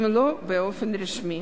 אם לא באופן רשמי.